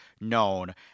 known